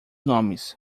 nomes